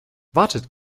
wartet